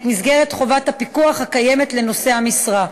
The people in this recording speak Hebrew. מסגרת חובת הפיקוח הקיימת לנושא משרה.